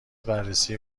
بررسی